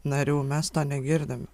narių mes to negirdim